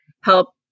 help